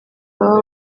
baba